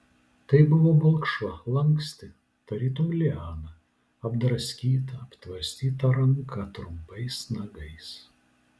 tai buvo balkšva lanksti tarytum liana apdraskyta aptvarstyta ranka trumpais nagais